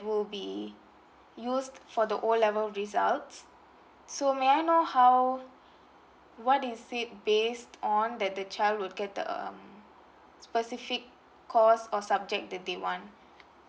will be used for the 'O' level results so may I know how what is it based on that the child will get the um the specific course or subject that they want